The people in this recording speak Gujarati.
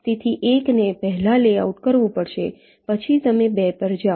તેથી 1 ને પહેલા લેઆઉટ કરવું પડશે પછી તમે 2 પર જાઓ